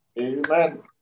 Amen